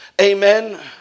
Amen